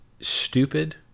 stupid